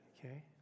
Okay